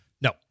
No